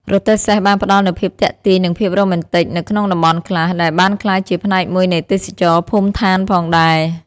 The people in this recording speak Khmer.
រទេះសេះបានផ្តល់នូវភាពទាក់ទាញនិងភាពរ៉ូមែនទិកនៅក្នុងតំបន់ខ្លះ ដែលបានក្លាយជាផ្នែកមួយនៃទេសចរណ៍ភូមិដ្ឋានផងដែរ។